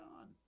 on